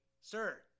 sir